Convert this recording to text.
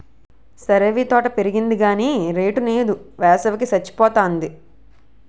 సరేవీ తోట పెరిగింది గాని రేటు నేదు, వేసవి కి సచ్చిపోతాంది